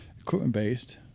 equipment-based